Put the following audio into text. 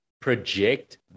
project